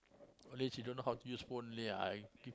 only she don't know how to use phone only lah I